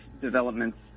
developments